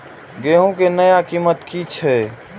गेहूं के नया कीमत की छे?